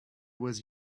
was